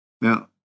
now